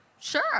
sure